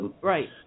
Right